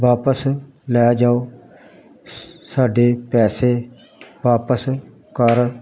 ਵਾਪਸ ਲੈ ਜਾਓ ਸਾਡੇ ਪੈਸੇ ਵਾਪਸ ਕਰ